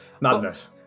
Madness